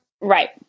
Right